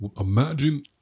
imagine